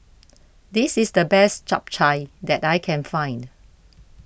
this is the best Chap Chai that I can find